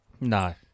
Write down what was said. No